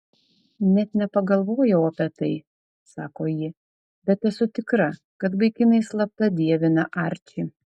net nepagalvojau apie tai sako ji bet esu tikra kad vaikinai slapta dievina arčį